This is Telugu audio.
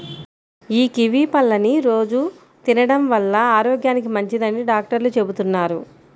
యీ కివీ పళ్ళని రోజూ తినడం వల్ల ఆరోగ్యానికి మంచిదని డాక్టర్లు చెబుతున్నారు